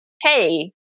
hey